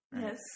Yes